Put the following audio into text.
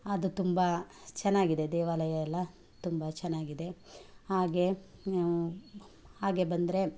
ಅದು ತುಂಬ ಚೆನ್ನಾಗಿದೆ ದೇವಾಲಯ ಎಲ್ಲ ತುಂಬ ಚೆನ್ನಾಗಿದೆ ಹಾಗೆ ಹಾಗೆ ಬಂದರೆ